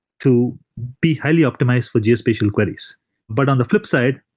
to be highly optimized for geospatial queries but on the flip side,